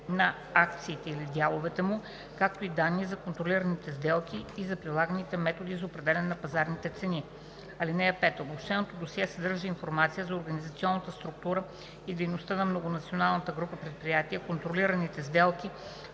на акциите или дяловете му, както и данни за контролираните сделки и за прилаганите методи за определяне на пазарните цени. (5) Обобщеното досие съдържа информация за организационната структура и дейността на многонационалната група предприятия, контролираните сделки,